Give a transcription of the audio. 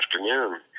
afternoon